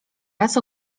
raz